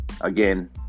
Again